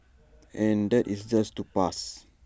and that is just to pass